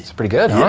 pretty good,